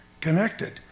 connected